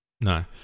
No